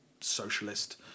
socialist